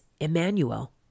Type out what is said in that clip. Emmanuel